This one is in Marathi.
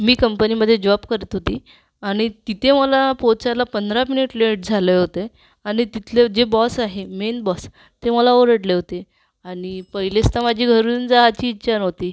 मी कंपनीमध्ये जॉब करत होती आणि तिथे मला पोचायला पंधरा मिनिट लेट झाले होते आणि तिथले जे बॉस आहे मेन बॉस ते मला ओरडले होते आणि पहिलीच तर माझी घरून जायची इच्छा नव्हती